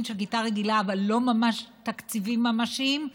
של כיתה רגילה אבל לא ממש תקציבים ממשיים,